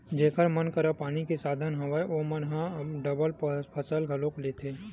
जेखर मन करा पानी के साधन हवय ओमन ह डबल फसल घलोक लेथे